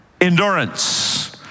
endurance